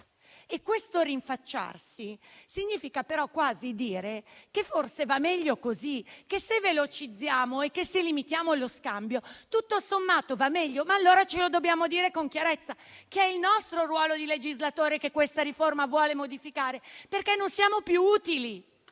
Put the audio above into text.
Questo rinfacciarsi significa, però, quasi dire che forse va meglio così; che se velocizziamo e limitiamo lo scambio, tutto sommato va meglio. Ma allora dobbiamo dire con chiarezza che è il nostro ruolo di legislatore che questa riforma vuole modificare, perché non siamo più utili.